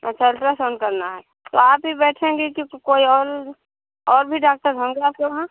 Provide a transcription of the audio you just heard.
अच्छा एल्ट्रासाउन्ड करना है तो आप ही बैठेंगे कि कोई और और भी डाक्टर होंगे आपके वहाँ